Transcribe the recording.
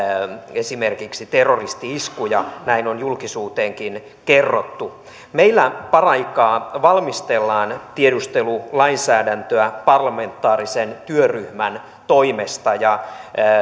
esimerkiksi terroristi iskuja näin on julkisuuteenkin kerrottu meillä paraikaa valmistellaan tiedustelulainsäädäntöä parlamentaarisen työryhmän toimesta ja